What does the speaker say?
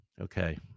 Okay